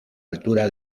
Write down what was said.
altura